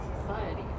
society